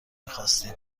میخواستیم